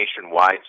nationwide